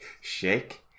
Shake